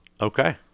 Okay